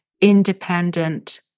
independent